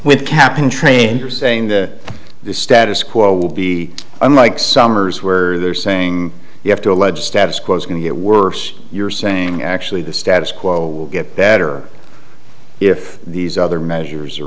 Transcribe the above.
with cap and trade and you're saying that the status quo will be unlike summers where they're saying you have to allege status quo is going to get worse you're saying actually the status quo will get better if these other measures are